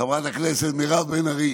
חברת הכנסת מירב בן ארי,